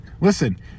listen